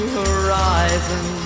horizon